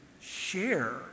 share